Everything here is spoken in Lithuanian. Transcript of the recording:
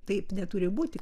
taip neturi būti